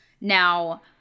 Now